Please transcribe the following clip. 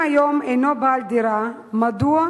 אם היום הוא אינו בעל דירה, מדוע